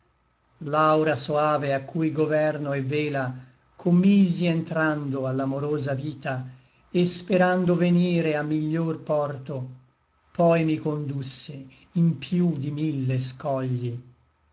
l'aura soave a cui governo et vela commisi entrando a l'amorosa vita et sperando venire a miglior porto poi mi condusse in piú di mille scogli